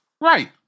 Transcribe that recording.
Right